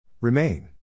Remain